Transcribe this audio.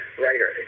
writer